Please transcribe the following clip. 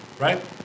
right